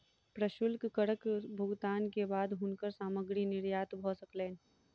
प्रशुल्क करक भुगतान के बाद हुनकर सामग्री निर्यात भ सकलैन